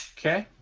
okay,